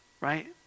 Right